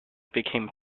became